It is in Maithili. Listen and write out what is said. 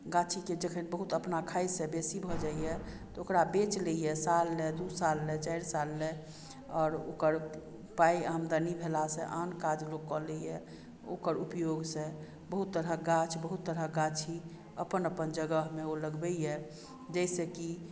गाछीके जखन बहुत अपना खाइसँ बेसी भऽ जाइए तऽ ओकरा बेचि लैए साल ले दू साल ले चारि साल ले आओर ओकर पाइ आमदनी भेलासँ आन काज लोक कऽ लैए ओकर उपयोगसँ बहुत तरहक गाछ बहुत तरहक गाछी अपन अपन जगहमे ओ लगबैए जाहिसँ कि